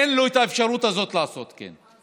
אין לו את האפשרות הזאת לעשות כן.